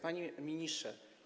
Panie Ministrze!